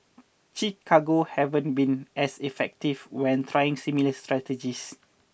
Chicago haven't been as effective when trying similar strategies